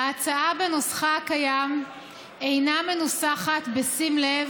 ההצעה בנוסחה הקיים איננה מנוסחת בשים לב